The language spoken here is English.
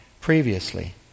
previously